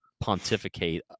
pontificate